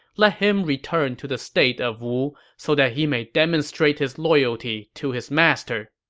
let him return to the state of wu so that he may demonstrate his loyalty to his master.